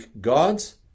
gods